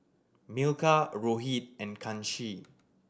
Milkha Rohit and Kanshi